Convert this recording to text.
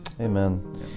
amen